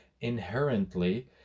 inherently